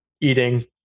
eating